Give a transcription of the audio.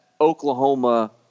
Oklahoma